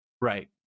Right